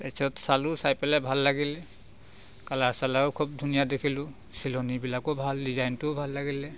তাৰ পিছত চালোঁ চাই পেলাই ভাল লাগিলে কালাৰ চালাৰো খুব ধুনীয়া দেখিলোঁ চিলনিবিলাকো ভাল ডিজাইনটোও ভাল লাগিলে